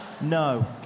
No